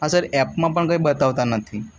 હા સર એપમાં પણ કંઈ બતાવતા નથી